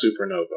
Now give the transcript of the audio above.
Supernova